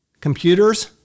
Computers